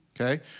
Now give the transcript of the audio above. Okay